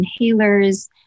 inhalers